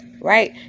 right